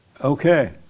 Okay